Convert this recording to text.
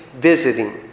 visiting